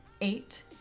Eight